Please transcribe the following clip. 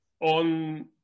on